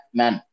man